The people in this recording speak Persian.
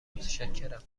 متشکرم